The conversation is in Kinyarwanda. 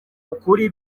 ukuri